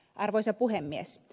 arvoisa puhemies